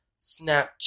Snapchat